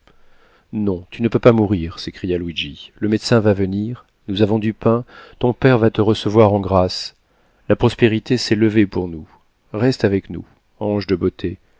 non tu ne peux pas mourir s'écria luigi le médecin va venir nous avons du pain ton père va te recevoir en grâce la prospérité s'est levée pour nous reste avec nous ange de beauté